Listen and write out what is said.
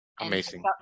Amazing